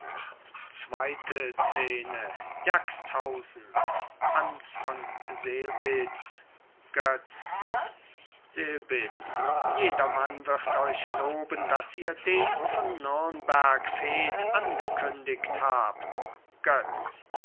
hans von selbitz götz selbitz jedermann wird euch loben daß ihr denen von nürnberg fehd angekündigt habt götz